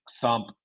thump